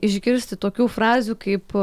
išgirsti tokių frazių kaip